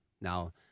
Now